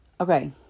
Okay